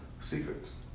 Secrets